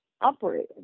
operating